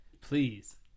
Please